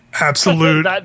Absolute